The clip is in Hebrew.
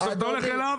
אתה הולך אליו,